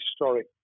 historic